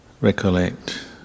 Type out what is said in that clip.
recollect